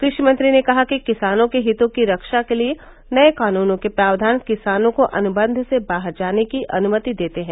कृषि मंत्री ने कहा कि किसानों के हितों की रक्षा के लिए नए कानूनों के प्रावधान किसानों को अनुबंध से बाहर जाने की अनुमति देते हैं